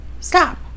stop